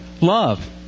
love